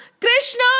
Krishna